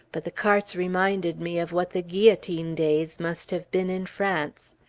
but the carts reminded me of what the guillotine days must have been in france.